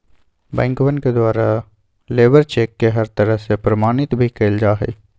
बैंकवन के द्वारा लेबर चेक के हर तरह से प्रमाणित भी कइल जा हई